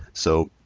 so